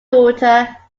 daughter